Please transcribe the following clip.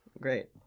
Great